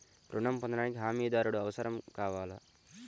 ఋణం పొందటానికి హమీదారుడు అవసరం కావాలా?